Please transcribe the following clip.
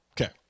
Okay